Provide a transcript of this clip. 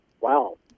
wow